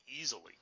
easily